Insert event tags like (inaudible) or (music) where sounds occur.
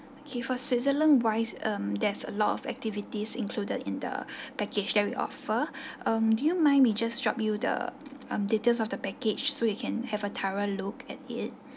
okay for switzerland wise um there's a lot of activities included in the (breath) package that we offer (breath) um do you mind me just drop you the um details of the package so you can have a thorough look at it